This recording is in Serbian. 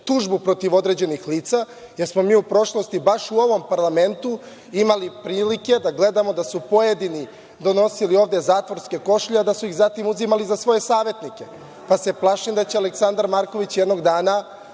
tužbu protiv određenih lica jer smo mi u prošlosti baš u ovom parlamentu imali prilike da gledamo da su pojedini donosili ovde zatvorske košulje, a da su ih zatim uzimali za svoje savetnike. Pa, se plašim da će Aleksandar Marković jednog dana